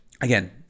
again